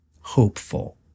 hopeful